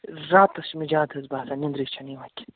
راتَس چھِ مےٚ جادٕ حظ باسان نٮ۪نٛدرٕے چھَنہٕ یِوان کیٚنٛہہ